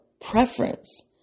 preference